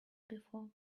before